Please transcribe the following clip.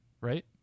Right